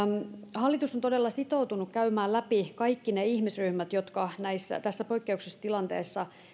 hallitus on todella sitoutunut käymään läpi kaikki ne ihmisryhmät jotka tässä poikkeuksellisessa tilanteessa